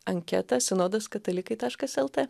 anketą sinodas katalikai taškas lt